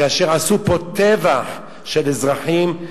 כשעשו פה טבח של אזרחים,